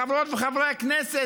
חברות וחברי הכנסת,